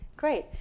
Great